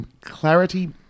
Clarity